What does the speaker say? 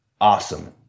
awesome